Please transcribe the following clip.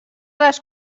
les